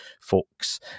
folks